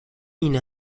این